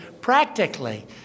practically